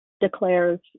declares